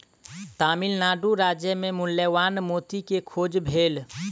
तमिल नाडु राज्य मे मूल्यवान मोती के खोज भेल